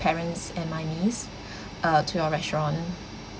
parents and my niece uh to your restaurant